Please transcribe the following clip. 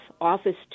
Office